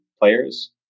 players